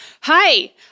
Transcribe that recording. Hi